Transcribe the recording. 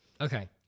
Okay